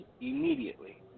immediately